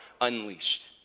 unleashed